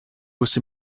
was